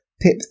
Pip